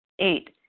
Eight